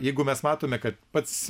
jeigu mes matome kad pats